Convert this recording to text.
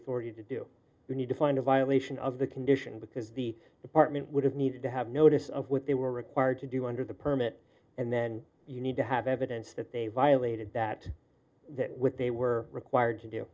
authority to do you need to find a violation of the condition because the department would have needed to have notice of what they were required to do under the permit and then you need to have evidence that they why awaited that that what they were required to do